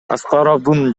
аскаровдун